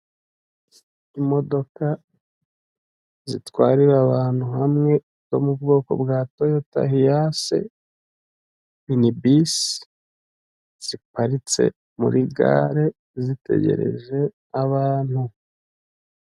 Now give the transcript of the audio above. Imodoka zitwarira abantu hamwe zo mu bwoko bwa toyota hiyase minibisi ziparitse muri gare zitegereje abantu.